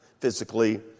physically